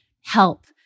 help